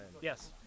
Yes